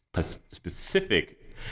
specific